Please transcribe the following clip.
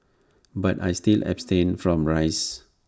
but I still abstain from rice